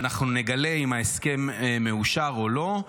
ואנחנו נגלה אם ההסכם מאושר או לא.